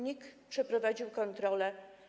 NIK przeprowadził kontrolę.